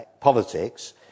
politics